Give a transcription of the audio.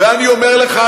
ואני אומר לך,